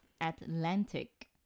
Atlantic